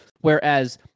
whereas